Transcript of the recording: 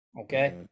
okay